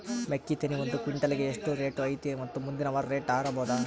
ಮೆಕ್ಕಿ ತೆನಿ ಒಂದು ಕ್ವಿಂಟಾಲ್ ಗೆ ಎಷ್ಟು ರೇಟು ಐತಿ ಮತ್ತು ಮುಂದಿನ ವಾರ ರೇಟ್ ಹಾರಬಹುದ?